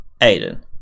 Aiden